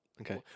Okay